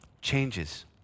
changes